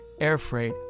Airfreight